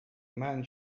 man